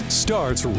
starts